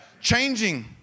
changing